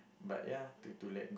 but ya to to let